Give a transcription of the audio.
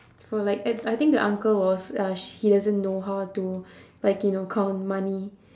for like I I think the uncle was uh sh~ he doesn't know how to like you know count money